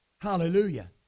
Hallelujah